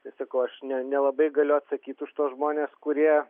tai sakau aš ne nelabai galiu atsakyt už tuos žmones kurie